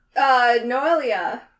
Noelia